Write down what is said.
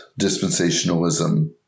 dispensationalism